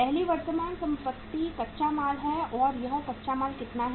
पहली वर्तमान संपत्ति कच्चा माल है और यह कच्चा माल कितना है